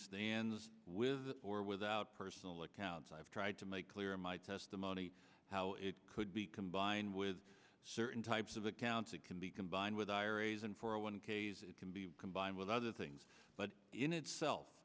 stans with or without personal accounts i've tried to make clear in my testimony how it could be combined with certain types of accounts that can be combined with diaries and for a one ks it can be combined with other things but in itself